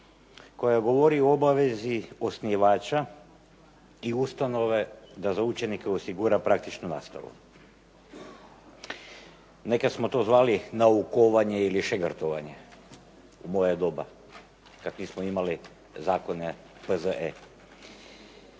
koja govori o obavezi osnivača i ustanove da za učenike osigura praktičnu nastavu. Nekada smo to zvali naukovanje ili šegrtovanje u moje doba, kada nismo imali zakone P.Z.E.